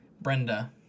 Brenda